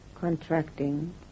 contracting